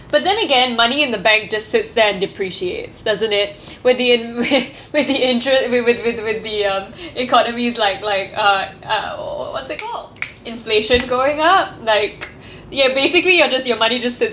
but then again money in the bank just sits there and depreciates doesn't it with the in with the interest with with with with with the um economy's like like uh uh what's that called inflation going up like ya basically you are just your money just sits